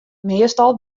meastal